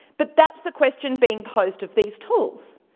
but that's the question being posed of these tools.